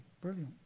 Brilliant